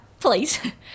Please